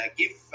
give